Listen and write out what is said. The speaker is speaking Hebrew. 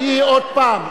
היא עוד פעם.